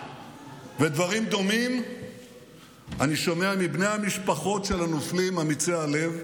דברים דומים אני שומע מבני המשפחות של הנופלים אמיצי הלב.